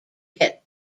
get